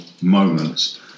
moments